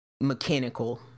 mechanical